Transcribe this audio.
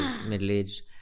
middle-aged